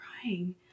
crying